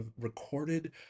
recorded